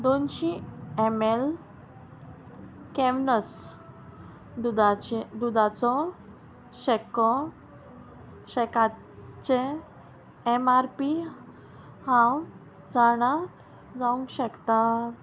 दोनशी M L कॅमनस दुदाचे दुदाचो शेक्को शॅकाचे एम आर पी हांव जाणा जावंक शेकता